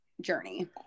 journey